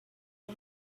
for